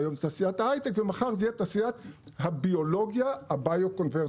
בעיות בתעשיית ההיי-טק ומחר זו תהיה תעשיית הביולוגיה הביו-קונברג'נס.